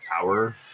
tower